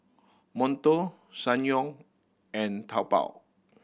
Monto Ssangyong and Taobao